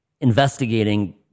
investigating